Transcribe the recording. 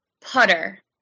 putter